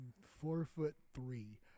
four-foot-three